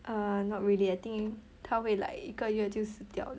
err not really I think 它会 like 一个月就死掉